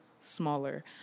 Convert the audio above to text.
smaller